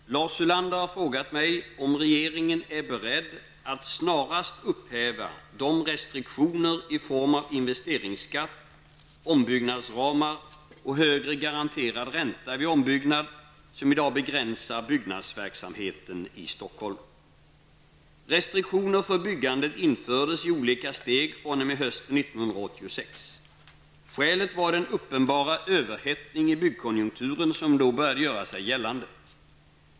Herr talman! Lars Ulander har frågat mig om regeringen är beredd att snarast upphäva de restriktioner i form av investeringsskatt, ombyggnadsramar och högre garanterad ränta vid ombyggnad, som i dag begränsar byggnadsverksamheten i Stockholm. Restriktioner för byggandet infördes i olika steg fr.o.m. hösten 1986. Skälet var den uppenbara överhettning i byggkonjunkturen som då började göra sig gällande.